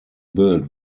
built